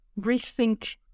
rethink